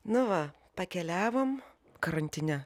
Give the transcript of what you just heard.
nu va pakeliavom karantine